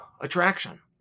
attraction